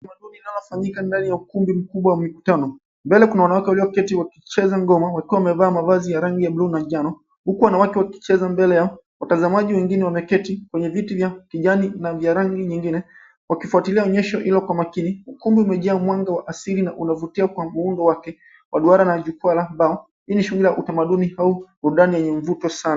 Unaofanyika ndani ya ukumbi mkubwa wa mikutano. Mbele kuna wanawake walioketi wakicheza ngoma wakiwa wamevaa mavazi ya rangi ya buluu na njano huku wanawake wakicheza mbele yao. Watazamaji wengine wameketi kwenye viti vya kijani na vya rangi nyingine wakifuatilia onyesho hilo kwa makini. Ukumbi umejaa mwanga wa asili na unavutia kwa muundo wake wa duara na jukwaa la mbao. Hii ni shughuli ya utamaduni au undani wenye mvuto sana.